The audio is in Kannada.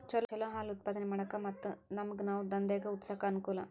ಚಲೋ ಹಾಲ್ ಉತ್ಪಾದನೆ ಮಾಡಾಕ ಮತ್ತ ನಮ್ಗನಾವ ದಂದೇಗ ಹುಟ್ಸಾಕ ಅನಕೂಲ